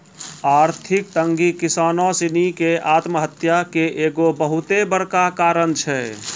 आर्थिक तंगी किसानो सिनी के आत्महत्या के एगो बहुते बड़का कारण छै